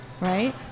right